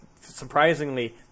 surprisingly